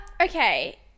okay